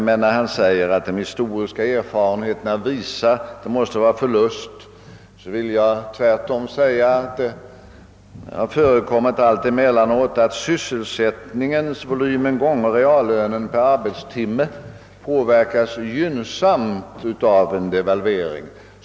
Men när finansministern säger att den historiska erfarenheten visar att en devalvering alltid går ut över löntagarna, vill jag tvärtom påstå att det alltemellanåt har förekommit att sysselsättningsvolymen gånger reallönen per arbetstimme påverkats gynnsamt av en devalvering.